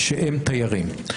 שהם תיירים.